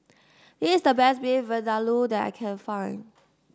this the best Beef Vindaloo that I can find